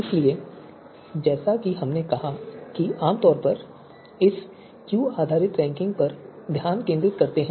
इसलिए जैसा कि हमने कहा कि हम आमतौर पर इस Q आधारित रैंकिंग पर ध्यान केंद्रित करते हैं